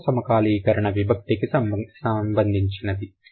రెండవ సమకాలీకరణ విభక్తి కి సంబంధించినది